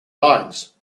lines